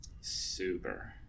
Super